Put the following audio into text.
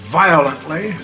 violently